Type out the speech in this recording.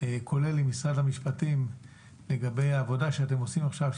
כולל עם משרד המשפטים לגבי העבודה שאתם עושים עכשיו,